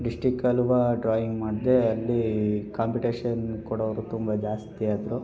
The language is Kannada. ಡಿಸ್ಟಿಕಲ್ವ ಡ್ರಾಯಿಂಗ್ ಮಾಡಿದೆ ಅಲ್ಲಿ ಕಾಂಪಿಟೇಶನ್ ಕೊಡೋವ್ರು ತುಂಬ ಜಾಸ್ತಿಯಾದರು